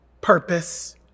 purpose